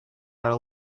our